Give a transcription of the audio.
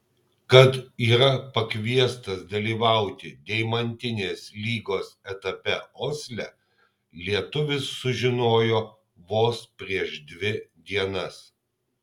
kad yra pakviestas dalyvauti deimantinės lygos etape osle lietuvis sužinojo vos prieš dvi dienas